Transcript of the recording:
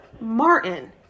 Martin